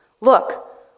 look